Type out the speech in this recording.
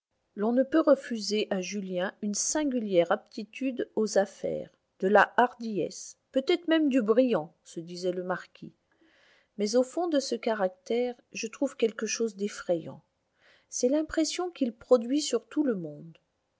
l'on ne peut refuser à julien une singulière aptitude aux affaires de la hardiesse peut-être même du brillant se disait le marquis mais au fond de ce caractère je trouve quelque chose d'effrayant c'est l'impression qu'il produit sur tout le monde